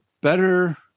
better